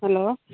hello